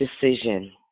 decision